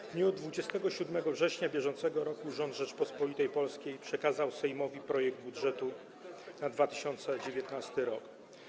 W dniu 27 września br. rząd Rzeczypospolitej Polskiej przekazał Sejmowi projekt budżetu na 2019 r.